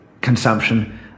consumption